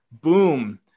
boom